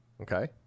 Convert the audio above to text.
Okay